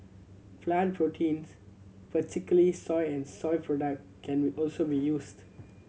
plant proteins particularly soy and soy product can also be used